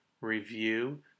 review